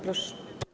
Proszę.